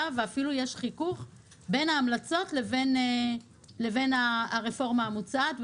ואפילו יש חיכוך בין ההמלצות לבין הרפורמה המוצעת.